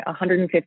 150